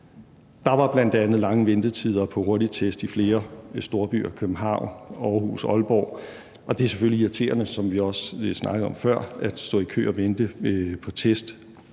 Der var bl.a. lange ventetider på hurtigtest i flere store byer, København, Aarhus og Aalborg, og det er selvfølgelig irriterende, som vi også lige